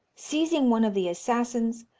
seizing one of the assassins,